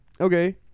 Okay